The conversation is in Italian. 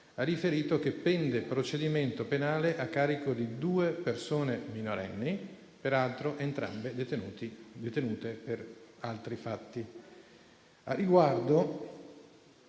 ha riferito che pende procedimento penale a carico di due persone minorenni, peraltro entrambe detenute per altri fatti.